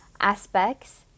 aspects